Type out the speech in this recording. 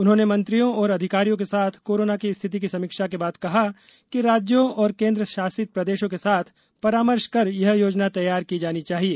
उन्होंने मंत्रियों और अधिकारियों के साथ कोरोना की स्थिति की समीक्षा के बाद कहा कि राज्यों और केन्द्र शासित प्रदेशों के साथ परामर्श कर यह योजना तैयार की जानी चाहिए